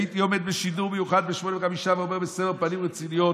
הייתי עומד בשידור מיוחד ב-20:05 ואומר בסבר פנים רציניות: